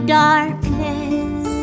darkness